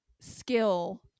skill